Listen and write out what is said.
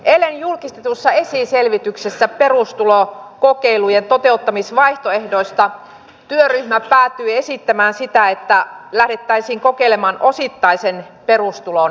eilen julkistetussa esiselvityksessä perustulokokeilun toteuttamisvaihtoehdoista työryhmä päätyi esittämään sitä että lähdettäisiin kokeilemaan osittaisen perustulon mallia